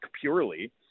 purely